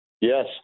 Yes